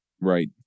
Right